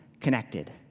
connected